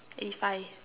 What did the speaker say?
eighty five